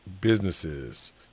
businesses